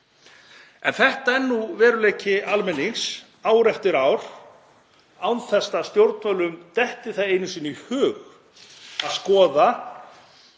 En þetta er nú veruleiki almennings ár eftir ár án þess að stjórnvöldum detti það einu sinni í hug að skoða